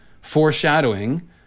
foreshadowing